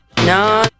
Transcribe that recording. No